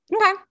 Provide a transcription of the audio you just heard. Okay